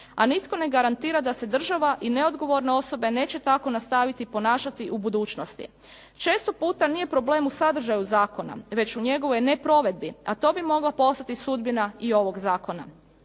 a nitko ne garantira da se država i neodgovorne osobe neće tako nastaviti ponašati u budućnosti. Često puta nije problem u sadržaju zakona, već u njegovoj neprovedbi, a to bi mogla postati sudbina i ovog zakona.